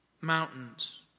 mountains